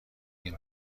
این